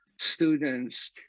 students